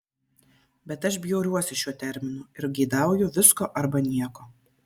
bet aš bjauriuosi šiuo terminu ir geidauju visko arba nieko